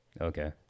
Okay